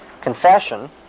Confession